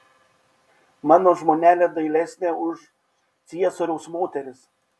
mano žmonelė dailesnė už ciesoriaus moteris